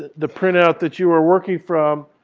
the printout that you were working from,